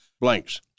blanks